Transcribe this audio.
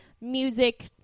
music